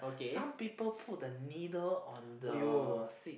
some people put the needle on the seats